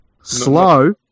Slow